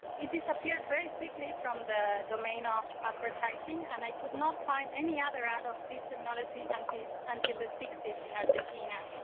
it disappeared very quickly from the domain of advertising and i could not find any other ad of this technology until until the sixty s in argentina.